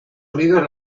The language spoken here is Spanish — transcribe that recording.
unidos